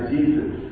Jesus